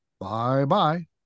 Bye-bye